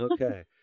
Okay